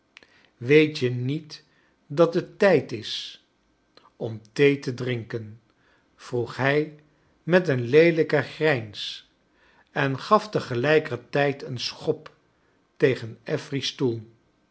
weet je niet dat het tijd is om thee te drinken vroeg hij met een leelijken grijns en gaf te gelijkertijd een schop tegen affery's stoel